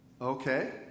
Okay